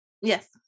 yes